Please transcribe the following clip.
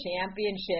Championship